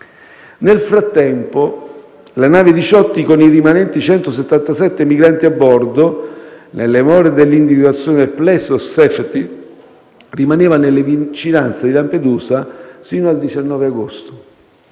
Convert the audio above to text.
Nel frattempo, la nave Diciotti con i rimanenti 177 migranti a bordo, nelle more dell'individuazione del *place of safety*, rimaneva nelle vicinanze di Lampedusa sino al 19 agosto.